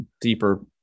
deeper